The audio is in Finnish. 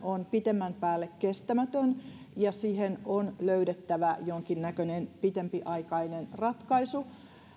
on pitemmän päälle kestämätön ja siihen on löydettävä jonkinnäköinen pitempiaikainen ratkaisu